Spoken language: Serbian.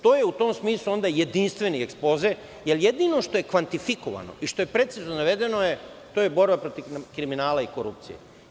To je u tom smislu onda jedinstveni ekspoze, jer jedino što je kvantifikovano i što je precizno navedeno, a to je borba protiv kriminala i korupcije.